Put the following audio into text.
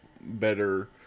better